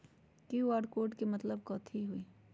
QR code के मतलब कथी होई?